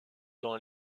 dans